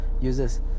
users